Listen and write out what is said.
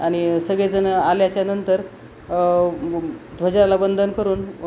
आणि सगळेजणं आल्याच्यानंतर ध्वजाला वंदन करून